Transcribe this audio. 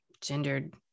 gendered